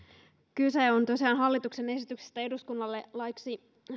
kyse on tosiaan hallituksen esityksestä eduskunnalle laiksi